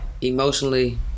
Emotionally